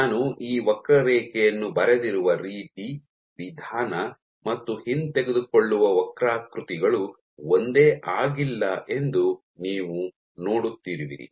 ನಾನು ಈ ವಕ್ರರೇಖೆಯನ್ನು ಬರೆದಿರುವ ರೀತಿ ವಿಧಾನ ಮತ್ತು ಹಿಂತೆಗೆದುಕೊಳ್ಳುವ ವಕ್ರಾಕೃತಿಗಳು ಒಂದೇ ಆಗಿಲ್ಲ ಎಂದು ನೀವು ನೋಡುತ್ತಿರುವಿರಿ